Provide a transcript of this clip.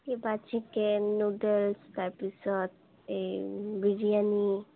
কিবা chicken noodles তাৰপিছত এই বিৰিয়ানি